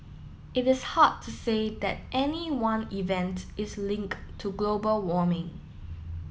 it is hard to say that any one event is linked to global warming